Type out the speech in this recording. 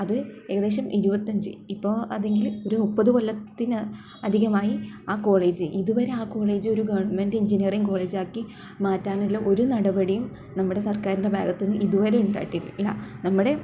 അത് ഏകദേശം ഇരുപത്തഞ്ച് ഇപ്പം അതെങ്കിൽ ഒരു മുപ്പത് കൊല്ലത്തിൽ അധികമായി ആ കോളേജ് ഇതുവരെ ആ കോളേജ് ഒരു ഗവൺമെൻറ് എൻജിനീയറിങ്ങ് കോളേജാക്കി മാറ്റാനുള്ള ഒരു നടപടിയും നമ്മുടെ സർക്കാരിൻ്റെ ഭാഗത്ത് നിന്ന് ഇതുവരെ ഉണ്ടായിട്ടില്ല നമ്മുടെ